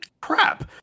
crap